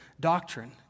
doctrine